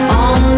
on